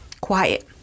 quiet